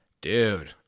dude